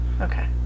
Okay